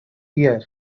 year